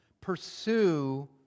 pursue